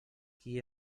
qui